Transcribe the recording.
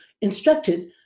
instructed